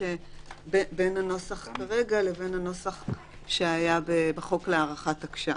שבין הנוסח כרגע לבין הנוסח שהיה בחוק להארכת תקש"ח.